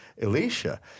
Elisha